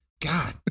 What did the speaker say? God